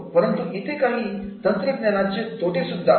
परंतु इथे काही तंत्रज्ञान वापराचे तोटे सुद्धा आहेत